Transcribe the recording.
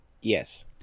Yes